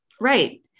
Right